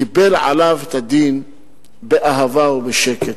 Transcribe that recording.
קיבל עליו את הדין באהבה ובשקט.